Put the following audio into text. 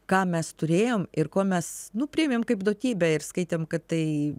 ką mes turėjom ir ko mes nu priėmėm kaip duotybę ir skaitėm kad tai